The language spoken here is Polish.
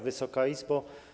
Wysoka Izbo!